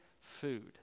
food